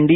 D